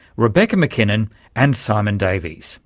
rebecca mckinnon and simon davies